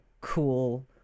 cool